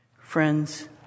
Friends